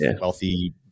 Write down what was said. wealthy